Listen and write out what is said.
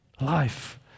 life